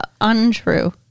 untrue